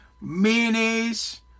mayonnaise